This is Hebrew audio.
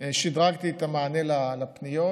שדרגתי את המענה על פניות,